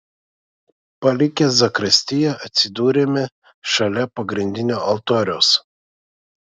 palikę zakristiją atsidūrėme šalia pagrindinio altoriaus